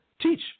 Teach